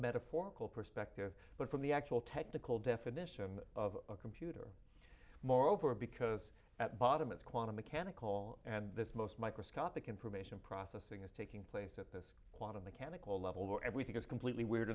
metaphorical perspective but from the actual technical definition of a computer moreover because at bottom it's quantum mechanical and this most microscopic information processing is taking place at this quantum mechanical level where everything is completely weird